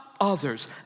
others